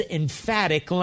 emphatic